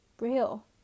real